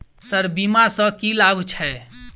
Sir बीमा सँ की लाभ छैय?